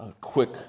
quick